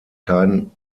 kein